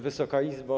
Wysoka Izbo!